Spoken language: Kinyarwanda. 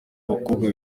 abakobwa